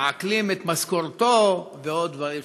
מעקלים את משכורתו ועוד דברים שכאלה.